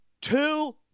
two